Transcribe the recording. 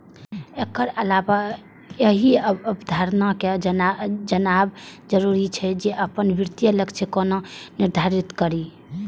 एकर अलावे एहि अवधारणा कें जानब जरूरी छै, जे अपन वित्तीय लक्ष्य कोना निर्धारित करी